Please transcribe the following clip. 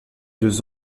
deux